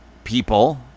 people